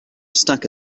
stuck